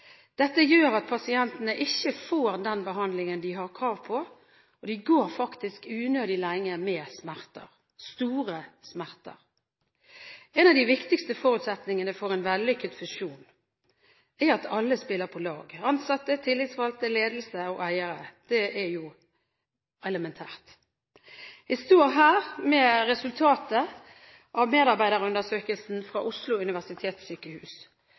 Dette gjør at pasientene ikke får den behandlingen de har krav på, og de går unødig lenge med smerter – store smerter. En av de viktigste forutsetningene for en vellykket fusjon er at alle spiller på lag – ansatte, tillitsvalgte, ledelse og eiere. Det er elementært. Jeg står her med resultatet av medarbeiderundersøkelsen fra Oslo universitetssykehus.